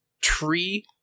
tree